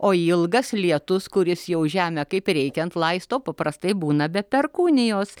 o ilgas lietus kuris jau žemę kaip reikiant laisto paprastai būna be perkūnijos